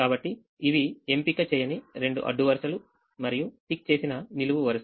కాబట్టి ఇవి ఎంపిక చేయని రెండు అడ్డు వరుసలు మరియు టిక్ చేసిననిలువు వరుస